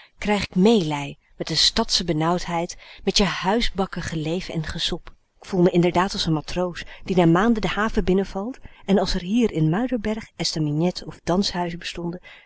krijg k meelij met de stadsche benauwdheid met je huisbakken geleef en gesop k voel me inderdaad als n matroos die na màànden de haven binnenvalt en als r hier in muiderberg estaminets of danshuizen bestonden